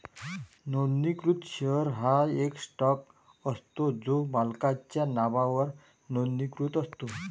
नोंदणीकृत शेअर हा एक स्टॉक असतो जो मालकाच्या नावावर नोंदणीकृत असतो